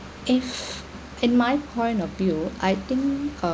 if in my point of view I think